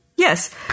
Yes